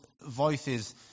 voices